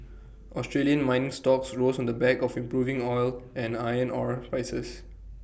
Australian mining stocks rose on the back of improving oil and iron ore prices